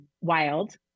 Wild